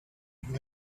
who